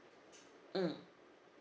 mm